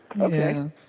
Okay